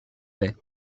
baie